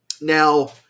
now